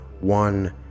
one